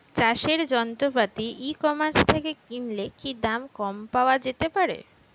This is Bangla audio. চাষের যন্ত্রপাতি ই কমার্স থেকে কিনলে কি দাম কম পাওয়া যেতে পারে?